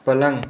पलंग